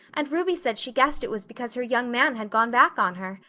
and ruby said she guessed it was because her young man had gone back on her.